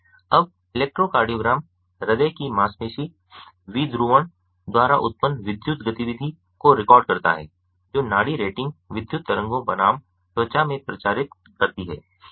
अब इलेक्ट्रोकार्डियोग्राम हृदय की मांसपेशी विध्रुवण द्वारा उत्पन्न विद्युत गतिविधि को रिकॉर्ड करता है जो नाड़ी रेटिंग विद्युत तरंगों बनाम त्वचा में प्रचारित करती है